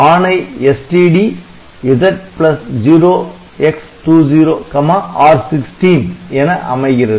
ஆணை STD Z0x20 R16 என அமைகிறது